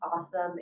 awesome